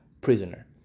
prisoner